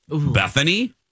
Bethany